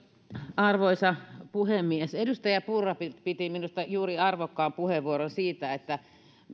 arvoisa puhemies edustaja purra piti juuri minusta arvokkaan puheenvuoron siitä että